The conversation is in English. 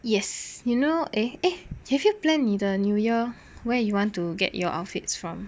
yes you know eh eh have you planned 你的 new year where you want to get your outfits from